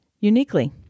uniquely